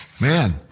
Man